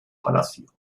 palacio